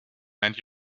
and